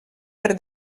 per